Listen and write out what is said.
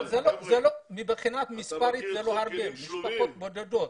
מבחינה מספרית זה לא הרבה מדובר במשפחות בודדות.